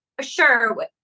sure